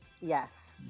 Yes